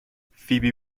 فیبی